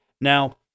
Now